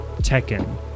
Tekken